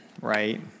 right